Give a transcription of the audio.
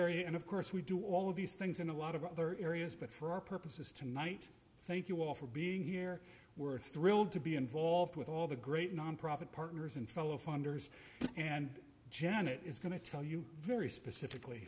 area and of course we do all of these things in a lot of other areas but for our purposes tonight thank you all for being here we're thrilled to be involved with all the great nonprofit partners and fellow funders and janet is going to tell you very specifically